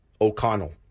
O'Connell